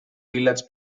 village